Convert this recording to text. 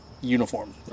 uniform